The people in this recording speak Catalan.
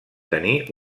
tenir